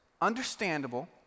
understandable